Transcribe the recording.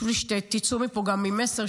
חשוב לי שתצאו מפה גם עם מסר,